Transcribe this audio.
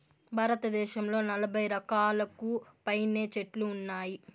భారతదేశంలో నలబై రకాలకు పైనే చెట్లు ఉన్నాయి